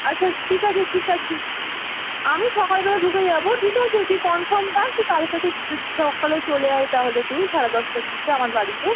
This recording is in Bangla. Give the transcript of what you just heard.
আচ্ছা ঠিক আছে ঠিক আছে আমি সকালবেলা ঢুকে যাব ঠিক আছে তুই কনফার্ম থাক তুই কালকে দিস যদি সকালে চলে আয় তাহলে তুই সাড়ে দশটার দিকে আমার বাড়িতে